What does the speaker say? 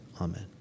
Amen